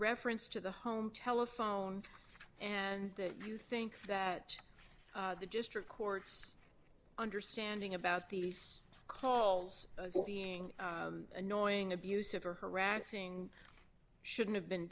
reference to the home telephone and that you think that the district court understanding about these calls for being annoying abusive or harassing shouldn't have been